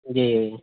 जी